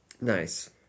Nice